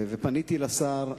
ופניתי לשר הממונה,